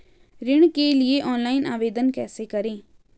ऋण के लिए ऑनलाइन आवेदन कैसे करें?